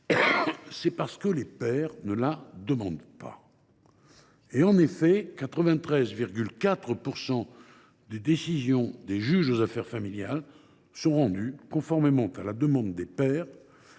c’est parce que les pères ne la demandent pas. En effet, 93,4 % des décisions des juges aux affaires familiales sont rendues conformément à la demande des pères,